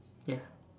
ya